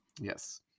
Yes